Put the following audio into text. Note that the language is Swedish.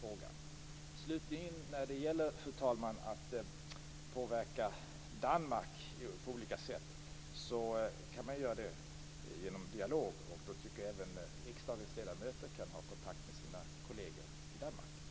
När det slutligen gäller, fru talman, att påverka Danmark på olika sätt kan man göra det genom dialog. Jag tycker att även riksdagens ledamöter kan ha kontakt med sina kolleger i Danmark. Det skulle hjälpa.